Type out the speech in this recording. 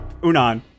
Unan